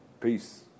Peace